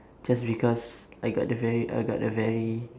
just because I got the very I got a very